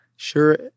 sure